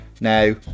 now